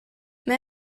may